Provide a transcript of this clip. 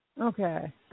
Okay